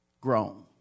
grown